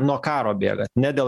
nuo karo bėgat ne dėl